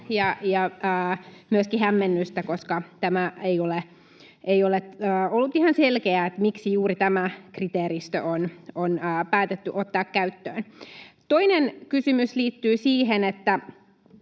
ja myöskin hämmennystä, koska ei ole ollut ihan selkeää, miksi juuri tämä kriteeristö on päätetty ottaa käyttöön. Toinen kysymys liittyy siihen, että